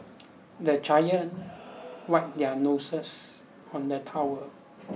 the children wipe their noses on the towel